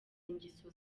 ingeso